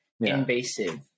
Invasive